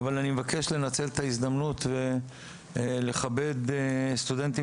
אבל אני מבקש לנצל את ההזדמנות ולכבד סטודנטים